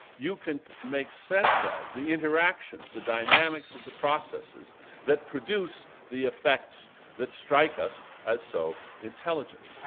you can make sense of the interactions, the dynamics of the processes that produce the effects that strike us as so intelligent.